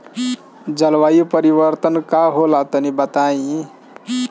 जलवायु परिवर्तन का होला तनी बताई?